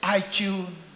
iTunes